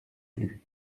plus